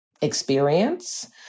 experience